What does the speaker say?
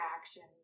actions